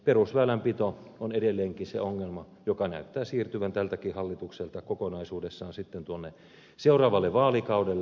perusväylänpito on edelleenkin se ongelma joka näyttää siirtyvän tältäkin hallitukselta kokonaisuudessaan tuonne seuraavalle vaalikaudelle